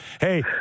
Hey